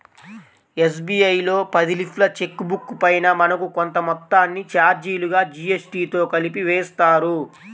SBI లో పది లీఫ్ల చెక్ బుక్ పైన మనకు కొంత మొత్తాన్ని చార్జీలుగా జీఎస్టీతో కలిపి వేస్తారు